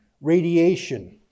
radiation